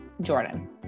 jordan